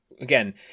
Again